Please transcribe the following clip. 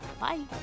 Bye